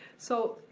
so